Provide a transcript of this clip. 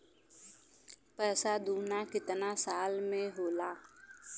पैसा दूना कितना साल मे होला?